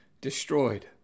destroyed